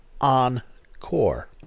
Encore